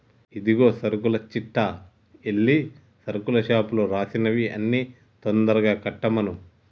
ఇదిగో సరుకుల చిట్టా ఎల్లి సరుకుల షాపులో రాసినవి అన్ని తొందరగా కట్టమను